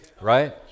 right